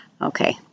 okay